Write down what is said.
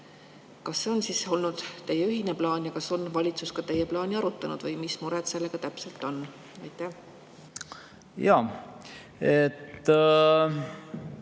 Kas see on siis teie ühine plaan? Kas on valitsus ka teie plaani arutanud või mis mure sellega täpselt on? Aitäh,